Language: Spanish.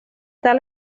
tal